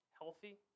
healthy